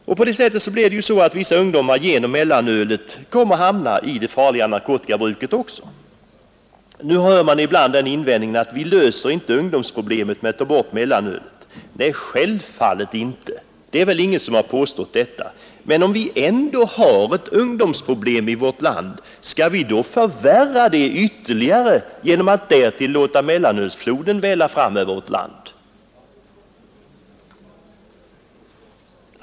På det sättet kommer vissa ungdomar genom mellanölet att hamna i det farliga narkotikabruket. Nu hör man ibland invändningen att vi inte löser ungdomsproblemen med att ta bort mellanölet. Nej, självfallet inte. Ingen har påstått det, men om vi ändå har ett ungdomsproblem i vårt land, skall vi då förvärra det genom att låta mellanölsfloden välla fram över landet?